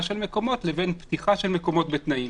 של מקומות לבין פתיחה של מקומות בתנאים.